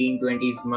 1920s